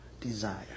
desire